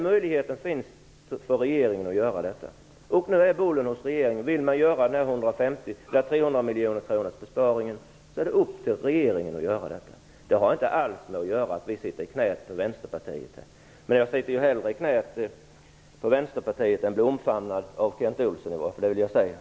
Regeringen har sådana möjligheter. Bollen är nu hos regeringen, och det är upp till den att göra besparingen om 300 miljoner, om den vill göra en sådan. Det har inte alls att göra med att vi skulle sitta i knät på Vänsterpartiet - men jag sitter ju hellre i knät på Vänsterpartiet än jag blir omfamnad av Kent Olsson.